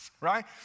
right